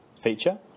feature